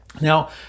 Now